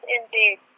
indeed